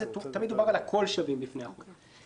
תמיד דובר על "הכול שווים בפני החוק".